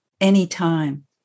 anytime